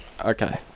Okay